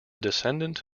descendant